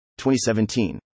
2017